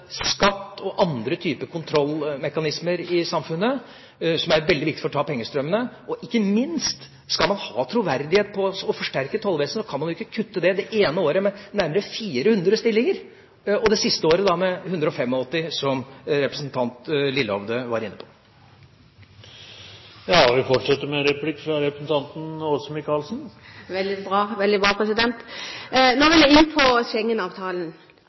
skatt og andre typer kontrollmekanismer i samfunnet som er veldig viktige for å ta pengestrømmene. Og ikke minst: Skal man ha troverdighet når det gjelder å forsterke tollvesenet, kan man ikke det ene året kutte med nærmere 400 stillinger og det siste året med 185, som representanten Lillehovde var inne på. Nå vil jeg inn på Schengen-avtalen. Den er jo en viktig del av dette forslaget, og den er blitt enda mer aktualisert de siste dagene og ukene. Jeg